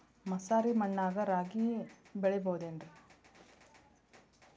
ಮಸಾರಿ ಮಣ್ಣಾಗ ರಾಗಿ ಬೆಳಿಬೊದೇನ್ರೇ?